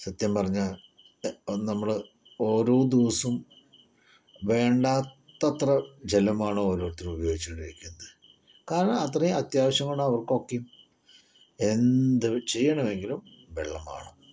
സത്യം പറഞ്ഞാൽ അത് നമ്മള് ഓരോ ദിവസവും വേണ്ടാത്ത അത്ര ജലമാണ് ഓരോരുത്തരും ഉപയോഗിച്ചുകൊണ്ടിരിക്കുന്നത് കാരണം അത്രയും അത്യാവശ്യമാണ് അവർക്കൊക്കെയും എന്ത് ചെയ്യണമെങ്കിലും വെള്ളം വേണം